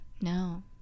No